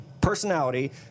personality